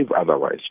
otherwise